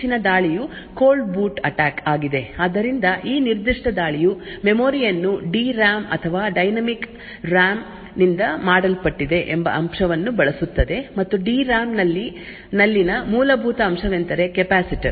ಆದ್ದರಿಂದ ಮತ್ತೊಂದು ಇತ್ತೀಚಿನ ದಾಳಿಯು ಕೋಲ್ಡ್ ಬೂಟ್ ಅಟ್ಯಾಕ್ ಆಗಿದೆ ಆದ್ದರಿಂದ ಈ ನಿರ್ದಿಷ್ಟ ದಾಳಿಯು ಮೆಮೊರಿ ಯನ್ನು ಡಿ ಆರ್ ಎಎಂ ಅಥವಾ ಡೈನಾಮಿಕ್ ಆರ್ ಎಎಂ ನಿಂದ ಮಾಡಲ್ಪಟ್ಟಿದೆ ಎಂಬ ಅಂಶವನ್ನು ಬಳಸುತ್ತದೆ ಮತ್ತು ಡಿ ಆರ್ ಎಎಂ ನಲ್ಲಿನ ಮೂಲಭೂತ ಅಂಶವೆಂದರೆ ಕೆಪಾಸಿಟರ್